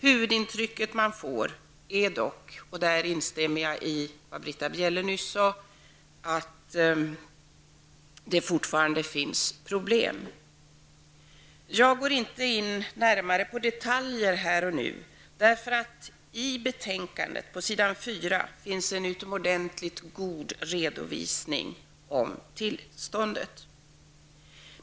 Huvudintrycket man får är dock, där instämmer jag i det Britta Bjelle nyss sade, att det fortfarande finns problem. Jag går inte in närmare på detaljer här och nu. För på s. 4 i betänkandet finns en utomordentligt god redovisning av tillståndet.